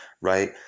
right